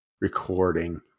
recording